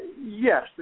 yes